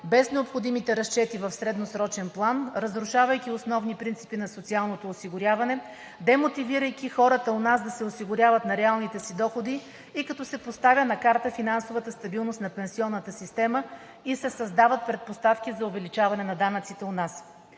без необходимите разчети в средносрочен план, разрушавайки основни принципи на социалното осигуряване, демотивирайки хората у нас да се осигуряват на реалните си доходи, като се поставя на карта финансовата стабилност на пенсионната система и се създават предпоставки за увеличаване на данъците у нас.